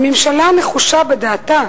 הממשלה נחושה בדעתה